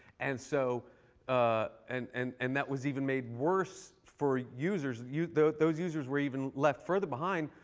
and so ah and and and that was even made worse for users. you know those users where even left further behind,